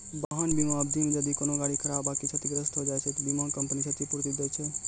वाहन बीमा अवधि मे जदि कोनो गाड़ी खराब आकि क्षतिग्रस्त होय जाय छै त बीमा कंपनी क्षतिपूर्ति दै छै